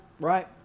right